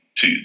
two